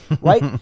right